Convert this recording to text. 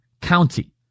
County